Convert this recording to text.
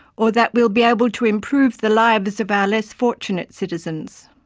or that we will be able to improve the lives of our less fortunate citizens.